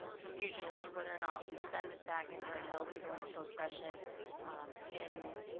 confusion as to whether not we send this back and we're entitled to go into closed session in